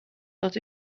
dat